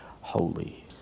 holy